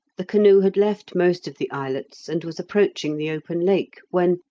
the canoe had left most of the islets and was approaching the open lake when,